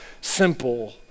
simple